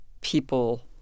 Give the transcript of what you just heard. people